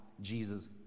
Jesus